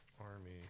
army